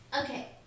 Okay